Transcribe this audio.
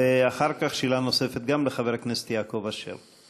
ואחר כך, שאלה נוספת גם לחבר הכנסת יעקב אשר.